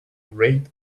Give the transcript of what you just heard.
great